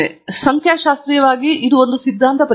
ಈಗ ಸಂಖ್ಯಾಶಾಸ್ತ್ರೀಯವಾಗಿ ಇದು ಒಂದು ಸಿದ್ಧಾಂತ ಪರೀಕ್ಷೆ